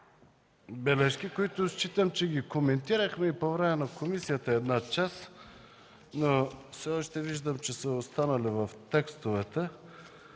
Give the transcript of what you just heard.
бележки, които считам, че коментирахме и по време на комисията една част, но все още виждам, че са останали в текстовете.